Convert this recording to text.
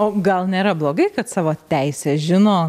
o gal nėra blogai kad savo teises žino